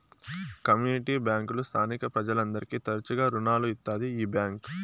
community బ్యాంకులు స్థానిక ప్రజలందరికీ తరచుగా రుణాలు ఇత్తాది ఈ బ్యాంక్